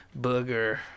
booger